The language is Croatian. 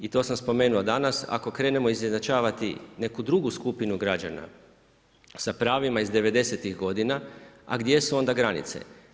I to sam spomenuo danas, ako krenemo izjednačavati neku drugu skupinu građana sa pravima iz devedesetih godina, a gdje su onda granice?